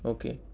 okay